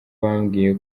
bambwiye